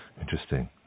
interesting